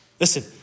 Listen